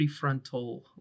prefrontal